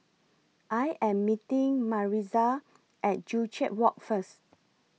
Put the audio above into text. I Am meeting Maritza At Joo Chiat Walk First